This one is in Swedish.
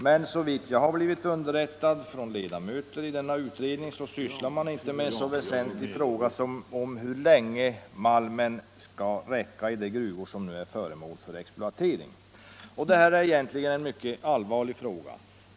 Men såvitt jag har blivit underrättad från ledamöter i denna utredning sysslar man inte med en så väsentlig fråga som hur länge malmen skall räcka i de gruvor som nu är föremål för exploatering. Detta är egentligen en mycket allvarlig fråga.